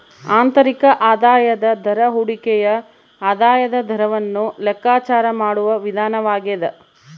ಆಂತರಿಕ ಆದಾಯದ ದರ ಹೂಡಿಕೆಯ ಆದಾಯದ ದರವನ್ನು ಲೆಕ್ಕಾಚಾರ ಮಾಡುವ ವಿಧಾನವಾಗ್ಯದ